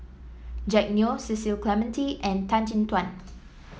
Jack Neo Cecil Clementi and Tan Chin Tuan